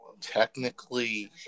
technically